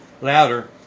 louder